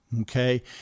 okay